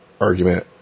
argument